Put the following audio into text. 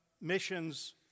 missions